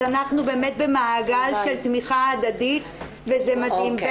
אז אנחנו באמת במעגל של תמיכה הדדית וזה מדהים.